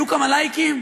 יהיו כמה לייקים?